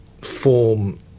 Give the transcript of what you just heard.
form